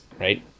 right